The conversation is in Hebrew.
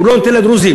הוא לא נותן לדרוזים.